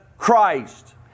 Christ